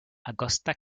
augusta